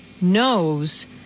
knows